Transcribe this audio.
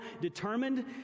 determined